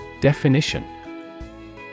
Definition